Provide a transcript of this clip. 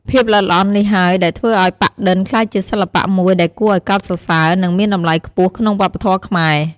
ភាពល្អិតល្អន់នេះហើយដែលធ្វើឱ្យប៉ាក់-ឌិន ក្លាយជាសិល្បៈមួយដែលគួរឱ្យកោតសរសើរ និងមានតម្លៃខ្ពស់ក្នុងវប្បធម៌ខ្មែរ។